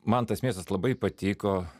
man tas miestas labai patiko